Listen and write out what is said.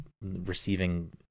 receiving